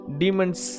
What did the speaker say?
demons